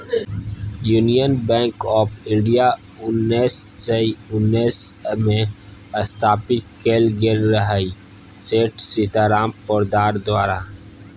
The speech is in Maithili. युनियन बैंक आँफ इंडिया उन्नैस सय उन्नैसमे स्थापित कएल गेल रहय सेठ सीताराम पोद्दार द्वारा